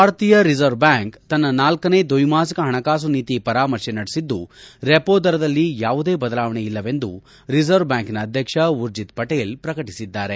ಭಾರತೀಯ ರಿಸರ್ವ್ಬ್ಯಾಂಕ್ ತನ್ನ ಳನೇ ದ್ವೈಮಾಸಿಕ ಹಣಕಾಸು ನೀತಿ ಪರಾಮರ್ಶೆ ನಡೆಸಿದ್ದು ರೆಪೋ ದರದಲ್ಲಿ ಯಾವುದೇ ಬದಲಾವಣೆ ಇಲ್ಲವೆಂದು ರಿಸರ್ವ್ಬ್ಯಾಂಕಿನ ಅಧ್ಯಕ್ಷ ಊರ್ಜಿತ್ಪಟೇಲ್ ಪ್ರಕಟಿಸಿದ್ದಾರೆ